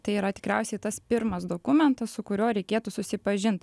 tai yra tikriausiai tas pirmas dokumentas su kuriuo reikėtų susipažint